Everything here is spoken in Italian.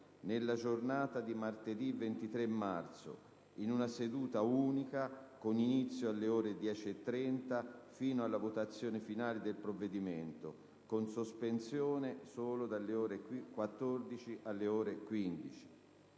nella giornata di martedì 23 marzo, in una seduta unica con inizio alle ore 10,30 fino alla votazione finale del provvedimento, con sospensione dalle ore 14 alle ore 15.